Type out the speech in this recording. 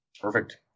Perfect